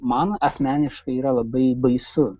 man asmeniškai yra labai baisu